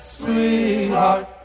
sweetheart